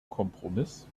kompromiss